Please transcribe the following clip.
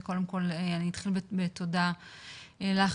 קודם כל אני אתחיל בתודה לך,